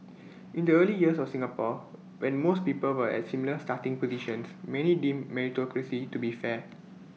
in the early years of Singapore when most people were at similar starting positions many deemed meritocracy to be fair